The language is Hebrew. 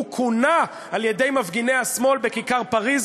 הוא כונה על-ידי מפגיני השמאל בכיכר-פריז,